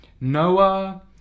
Noah